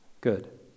good